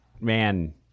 man